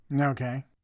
Okay